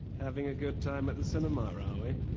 having a good time at the cinema, are we?